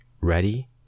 Ready